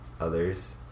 others